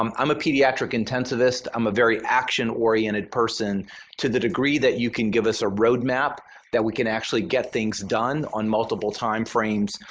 um i'm a pediatric intensivist. i'm a very action-oriented person to the degree that you can give us a roadmap that we can actually get things done on multiple timeframes.